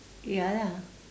ya lah